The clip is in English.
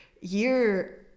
year